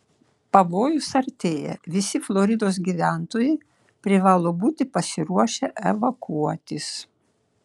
pavojus artėja visi floridos gyventojai privalo būti pasiruošę evakuotis